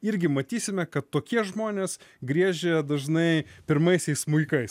irgi matysime kad tokie žmonės griežia dažnai pirmaisiais smuikais